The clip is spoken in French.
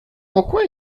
pourquoi